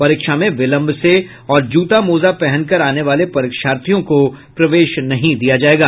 परीक्षा में विलंब से और जूता मोजा पहनकर आने वाले परीक्षार्थियों को प्रवेश नहीं दिया जायेगा